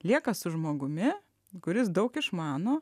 lieka su žmogumi kuris daug išmano